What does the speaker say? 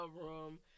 room